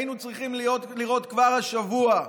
היינו צריכים לראות כבר השבוע,